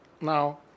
now